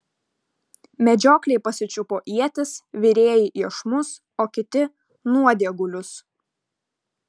medžiokliai pasičiupo ietis virėjai iešmus o kiti nuodėgulius